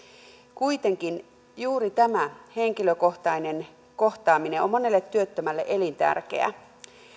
kuitenkin juuri tämä henkilökohtainen kohtaaminen on monelle työttömälle elintärkeä